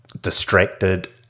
distracted